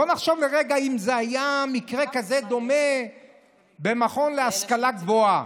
בואו נחשוב לרגע אם היה מקרה כזה דומה במכון להשכלה גבוהה,